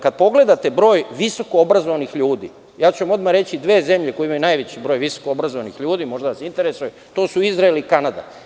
Kad pogledate broj visokoobrazovanih ljudi, odmah ću vam reći dve zemlje koje imaju najveći broj visokoobrazovanih ljudi, možda vas interesuje, to su Izrael i Kanada.